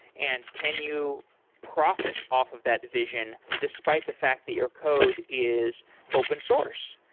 and can you profit off of that vision despite the fact that your code is open source?